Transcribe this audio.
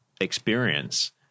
experience